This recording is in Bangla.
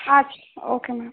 আচ্ছা ওকে ম্যাম